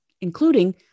including